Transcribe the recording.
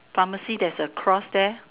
pharmacy that is across there